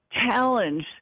challenge